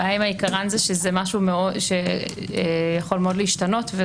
הבעיה עם העיקרן זה שזה משהו שיכול מאוד להשתנות.